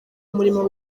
umurimo